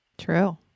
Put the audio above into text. True